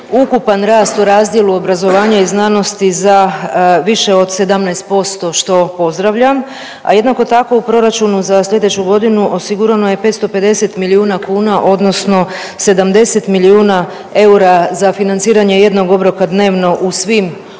ukupan rast u razdjelu obrazovanja i znanosti za više od 17% što pozdravljam, a jednako tako u proračunu za slijedeću godinu osigurao je 550 milijuna kuna odnosno 70 milijuna eura za financiranje jednog obroka dnevno u svim osnovnim